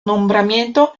nombramiento